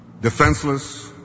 defenseless